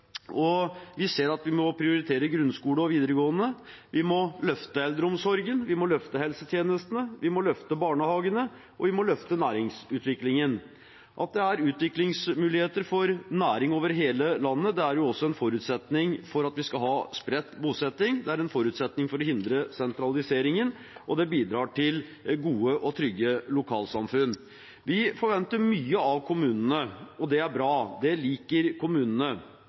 foreslår. Vi ser at vi må prioritere grunnskole og videregående, vi må løfte eldreomsorgen, vi må løfte helsetjenestene, vi må løfte barnehagene, og vi må løfte næringsutviklingen. At det er utviklingsmuligheter for næring over hele landet, er også en forutsetning for at vi skal ha spredt bosetting, det er en forutsetning for å hindre sentraliseringen, og det bidrar til gode og trygge lokalsamfunn. Vi forventer mye av kommunene, og det er bra – det liker kommunene.